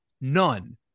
None